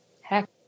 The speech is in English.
Heck